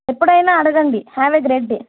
ఎప్పుడైనా అడగండి have a great day